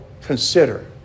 consider